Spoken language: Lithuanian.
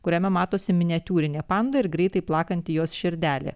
kuriame matosi miniatiūrinė panda ir greitai plakanti jos širdelė